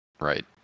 right